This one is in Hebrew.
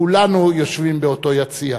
כולנו יושבים באותו יציע.